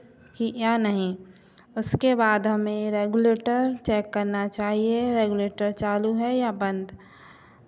कि या नहीं उसके बाद हमें रेगुलेटर चेक करना चाहिए रेगुलेटर चालू है या बंद